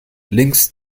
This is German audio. links